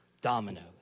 dominoes